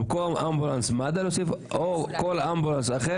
במקום אמבולנס מד"א להוסיף או כל אמבולנס אחר